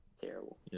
Terrible